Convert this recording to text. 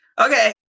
Okay